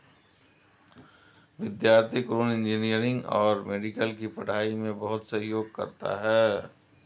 विद्यार्थी ऋण इंजीनियरिंग और मेडिकल की पढ़ाई में बहुत सहयोग करता है